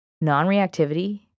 non-reactivity